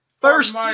First